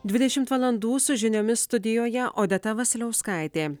dvidešimt valandų su žiniomis studijoje odeta vasiliauskaitė